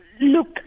Look